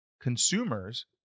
consumers